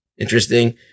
interesting